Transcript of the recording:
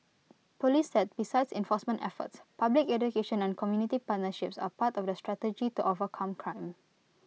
Police said besides enforcement efforts public education and community partnerships are part of the strategy to overcome crime